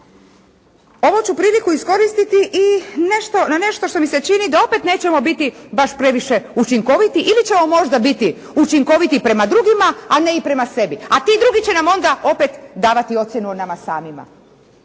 Ovu ću priliku iskoristiti i na nešto što mi se čini da opet nećemo biti baš previše učinkoviti ili ćemo možda biti učinkoviti prema drugima, a ne i prema sebi, a ti drugi će nam onda opet davati ocjenu o nama samima.